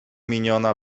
miniona